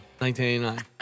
1989